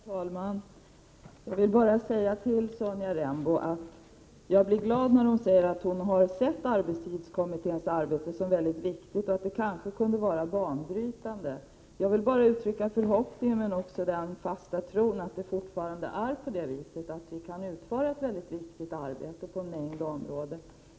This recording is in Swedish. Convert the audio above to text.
Herr talman! Jag vill bara säga till Sonja Rembo att jag blev glad när hon 16 november 1988 sade att hon sett arbetstidskommitténs arbete som mycket viktigt och att det kanske kunde vara banbrytande. Jag vill bara uttrycka förhoppningen, men också den fasta förvissningen, att vi fortfarande kan utföra ett mycket viktigt arbete på en mängd områden.